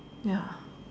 ya